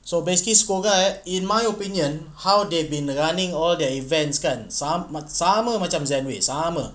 so basically SCOGA eh in my opinion how they've been running all their events kan sa~ sama macam zenway sama